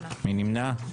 מי נמנע?